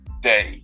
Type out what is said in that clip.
day